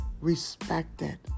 respected